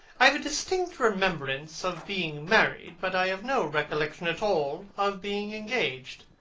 i have a distinct remembrance of being married, but i have no recollection at all of being engaged.